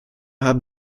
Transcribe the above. haben